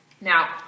Now